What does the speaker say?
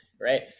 Right